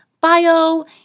bio